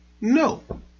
No